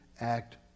act